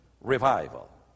Revival